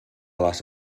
les